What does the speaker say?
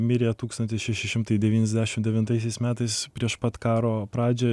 mirė tūkstantis šeši šimtai devyniasdešimt devintaisiais metais prieš pat karo pradžią